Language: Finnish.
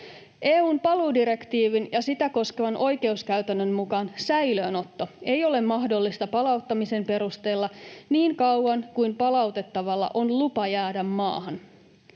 EU:n paluudirektiivin ja sitä koskevan oikeuskäytännön mukaan säilöönotto ei ole mahdollista palauttamisen perusteella niin kauan kuin palautettavalla on lupa jäädä maahan.